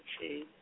see